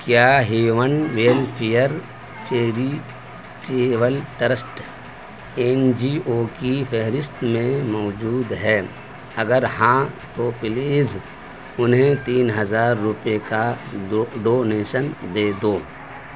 کیا human welfare charitable trust N G O کی فہرست میں موجود ہے اگر ہاں تو پلیز انہیں تین ہزار روپئے کا ڈونیشن دے دو